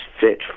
fit